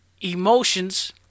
emotions